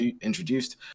introduced